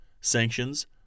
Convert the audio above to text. sanctions